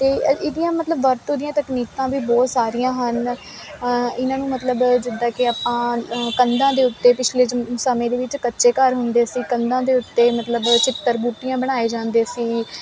ਤੇ ਇਹਦੀਆਂ ਮਤਲਵ ਵਰਤੋਂ ਦੀਆਂ ਤਕਨੀਕਾਂ ਵੀ ਬਹੁਤ ਸਾਰੀਆਂ ਹਨ ਇਹਨਾਂ ਨੂੰ ਮਤਲਬ ਜਿੱਦਾਂ ਕਿ ਆਪਾਂ ਕੰਧਾਂ ਦੇ ਉੱਤੇ ਪਿਛਲੇ ਸਮੇਂ ਦੇ ਵਿੱਚ ਕੱਚੇ ਘਰ ਹੁੰਦੇ ਸੀ ਕੰਧਾਂ ਦੇ ਉੱਤੇ ਮਤਲਬ ਚਿੱਤਰਬੂਟੀਆਂ ਬਣਾਏ ਜਾਂਦੇ ਸੀ